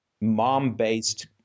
mom-based